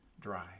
dry